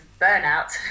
burnout